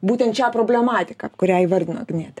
būtent šią problematiką kurią įvardino agnietė